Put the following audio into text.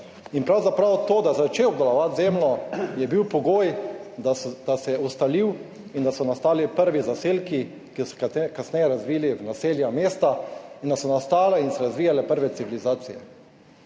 in pravzaprav to, da je začel obdelovati zemljo, je bil pogoj, da se je ustalil in da so nastali prvi zaselki, ki so se kasneje razvili v naselja, mesta, in da so nastale in se razvijale prve civilizacije.